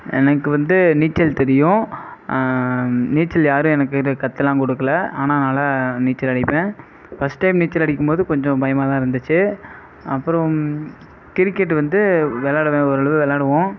எனக்கு வந்து நீச்சல் தெரியும் நீச்சல் யாரும் எனக்கு இது கற்றுலாம் கொடுக்குல ஆனால் நல்லா நீச்சல் அடிப்பேன் ஃபர்ஸ்ட் டைம் நீச்சல் அடிக்கும் போது கொஞ்சம் பயமாக தான் இருந்துச்சு அப்புறம் கிரிக்கெட் வந்து விளாடுவேன் ஓரளவு விளாடுவோம்